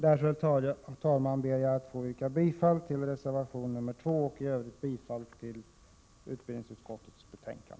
Därför, herr talman, ber jag att få yrka bifall till reservation nr 2 och i övrigt till utbildningsutskottets hemställan.